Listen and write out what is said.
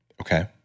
Okay